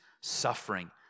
suffering